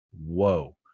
whoa